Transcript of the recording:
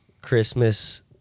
Christmas